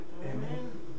Amen